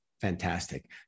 Fantastic